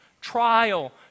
trial